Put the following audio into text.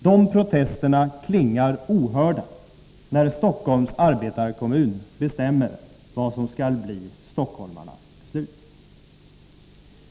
De protesterna klingar ohörda när Stockholms arbetarekommun bestämmer vad som skall bli stockholmarnas beslut.